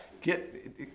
get